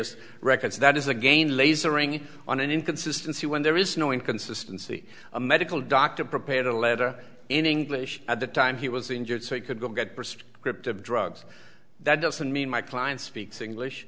of records that is again lasering on an inconsistency when there is no inconsistency a medical doctor prepared a letter in english at the time he was injured so it could get perceived script of drugs that doesn't mean my client speaks english